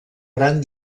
gran